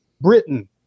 Britain